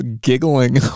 giggling